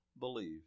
believe